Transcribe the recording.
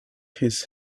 his